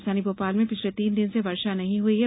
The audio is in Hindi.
राजधानी भोपाल में पिछले तीन दिन से वर्षा नहीं हुई है